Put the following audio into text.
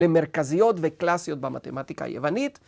‫למרכזיות וקלאסיות ‫במתמטיקה היוונית.